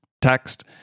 text